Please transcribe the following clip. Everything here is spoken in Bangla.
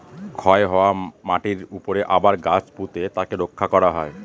ক্ষয় হওয়া মাটিরর উপরে আবার গাছ পুঁতে তাকে রক্ষা করা হয়